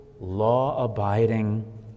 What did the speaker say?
law-abiding